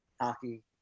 hockey